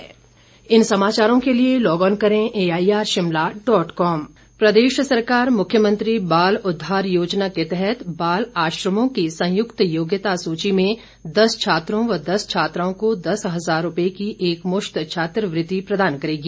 मख्यमंत्री प्रदेश सरकार मुख्यमंत्री बाल उद्वार योजना के तहत बाल आश्रमों की संयुक्त योग्यता सूची में दस छात्रों व दस छात्राओं को दस हजार रुपए की एकमुश्त छात्रवृत्ति प्रदान करेगी